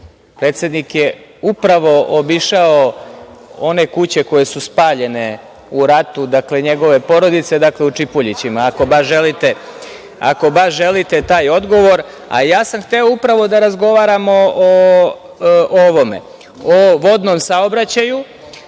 Predsednik je upravo obišao one kuće koje su spaljene u ratu, dakle njegove porodice, dakle u Čipuljićima, ako baš želite taj odgovor. Upravo sam hteo da razgovaramo o vodnom saobraćaju.